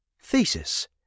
Thesis